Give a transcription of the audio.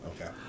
Okay